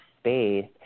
space